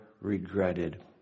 regretted